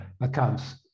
accounts